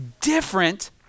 different